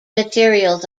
materials